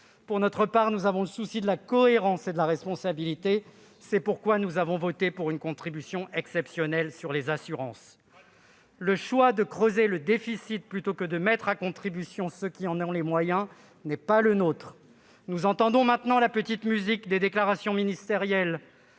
Pour notre part, nous avons le souci de la cohérence et de la responsabilité. C'est pourquoi nous avons voté pour une contribution exceptionnelle sur les assurances. Très bien ! Le choix de creuser le déficit plutôt que de mettre à contribution ceux qui en ont les moyens n'est pas le nôtre. Nous entendons maintenant la petite musique des déclarations ministérielles